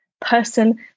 person